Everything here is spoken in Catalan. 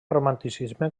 romanticisme